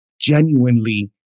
genuinely